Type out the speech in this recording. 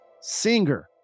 singer